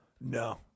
No